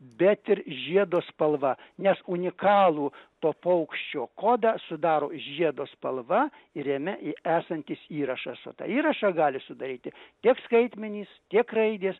bet ir žiedo spalva nes unikalų to paukščio kodą sudaro žiedo spalva ir jame esantis įrašas o tą įrašą gali sudaryti tiek skaitmenys tiek raidės